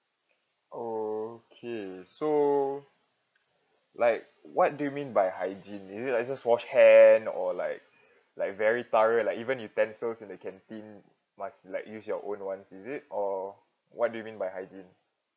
okay so like what do you mean by hygiene is it like just wash hand or like like very thorough like even utensils in the canteen must like use your own [one] is it or what do you mean by hygiene